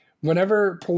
whenever